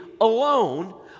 alone